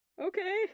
Okay